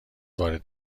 وارد